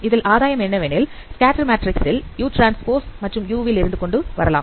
இதில் ஆதாயம் என்னவெனில் ஸ்கேட்டர் மேட்ரிக்ஸ் uT மற்றும் u ல் இருந்து கொண்டு வரலாம்